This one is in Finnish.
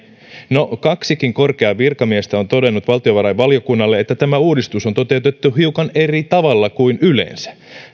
no kaksikin korkeaa virkamiestä on todennut valtiovarainvaliokunnalle että tämä uudistus on toteutettu hiukan eri tavalla kuin yleensä